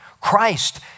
Christ